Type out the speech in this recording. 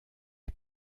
est